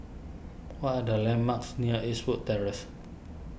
what are the landmarks near Eastwood Terrace